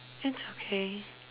it's okay